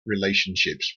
relationships